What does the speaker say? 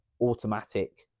automatic